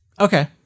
Okay